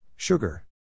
Sugar